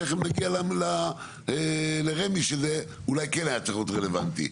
תכף נגיע לרמ"י שזה כן אולי היה צריך להיות רלוונטי.